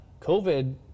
COVID